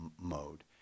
mode